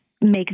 make